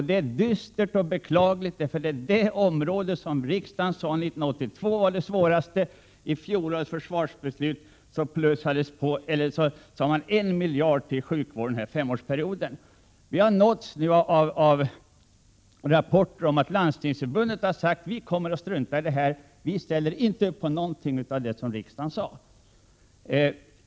Det är dystert och beklagligt därför att sjukvården är det område som riksdagen 1982 och 1987 betecknade som totalförsvarets svagaste länk. I fjolårets försvarsbeslut gav man en miljard till sjukvården för en femårsperiod. Vi har nu nåtts av rapporter om att Landstingsförbundet inte tänker ställa upp på någonting av vad riksdagen beslutade.